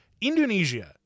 Indonesia